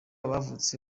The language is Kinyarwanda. bavutse